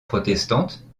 protestante